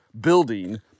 building